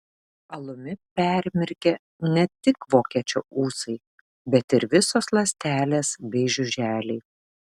alumi permirkę ne tik vokiečio ūsai bet ir visos ląstelės bei žiuželiai